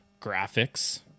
graphics